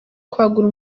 kwagura